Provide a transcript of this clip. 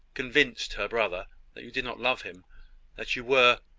convinced her brother that you did not love him that you were,